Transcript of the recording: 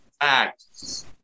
fact